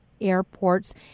airports